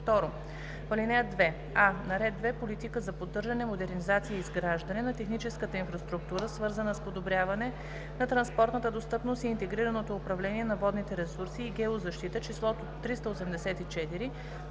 В ал. 2: а) на ред 2. Политика за поддържане, модернизация и изграждане на техническата инфраструктура, свързана с подобряване на транспортната достъпност и интегрираното управление на водните ресурси и геозащита числото „384